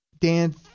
Dan